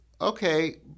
Okay